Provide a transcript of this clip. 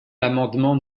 l’amendement